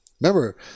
Remember